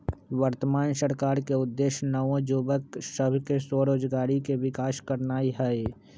वर्तमान सरकार के उद्देश्य नओ जुबक सभ में स्वरोजगारी के विकास करनाई हई